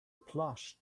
plush